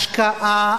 השקעה,